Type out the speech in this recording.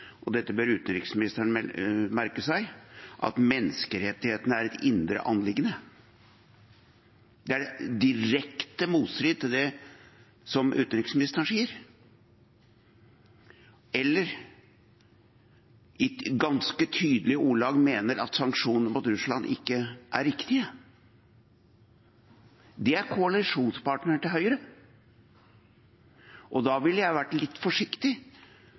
og dette bør utenriksministeren merke seg – at menneskerettighetene er et indre anliggende. Det er i direkte motstrid til det utenriksministeren sier. De mener i ganske tydelige ordelag at sanksjonene mot Russland ikke er riktige. Det er koalisjonspartneren til Høyre. Da ville jeg vært litt forsiktig